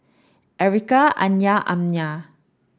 Ericka Anya and Amya